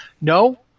No